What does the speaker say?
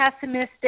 pessimistic